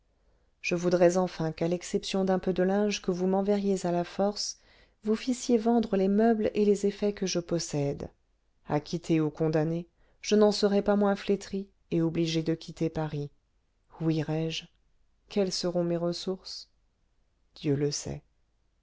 je voudrais enfin qu'à l'exception d'un peu de linge que vous m'enverriez à la force vous fissiez vendre les meubles et les effets que je possède acquitté ou condamné je n'en serai pas moins flétri et obligé de quitter paris où irai-je quelles seront mes ressources dieu le sait